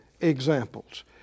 examples